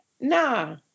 nah